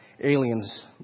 aliens